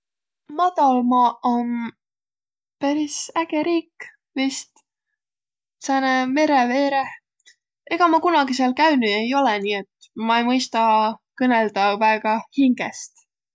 Matalmaaq om peris äge riik vist. Sääne mere veereh. Ega ma kunagi sääl käünüq ei olõq, nii et ma ei mõistaq kõnõldaq väega hingest.